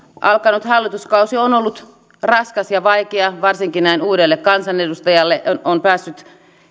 alkanut hallituskausi on ollut raskas ja vaikea varsinkin näin uudelle kansanedustajalle on päässyt